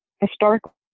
historical